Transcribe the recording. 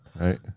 Right